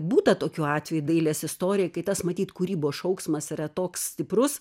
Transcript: būta tokių atvejų dailės istorijoj kai tas matyt kūrybos šauksmas yra toks stiprus